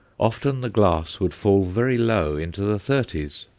often the glass would fall very low into the thirties.